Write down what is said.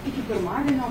iki pirmadienio